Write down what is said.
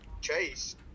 Chase